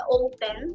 open